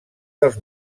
dels